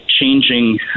changing